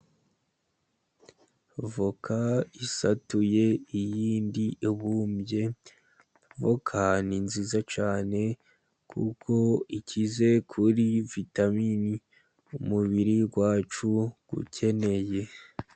Avoka isatuye iyindi ibumbye, voka ni nziza cyane kuko ikize kuri vitamini, umubiri wacu ukeneye.